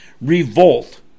revolt